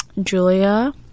Julia